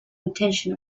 intention